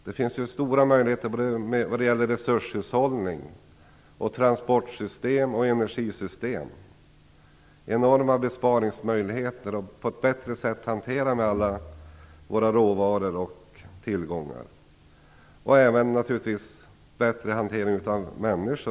Det finns stora möjligheter vad gäller resurshushållning, transportsystem och energisystem. Det finns enorma besparingsmöjligheter. Man kan på ett bättre sätt hantera alla våra råvaror och tillgångar. Det gäller även bättre hantering av människor.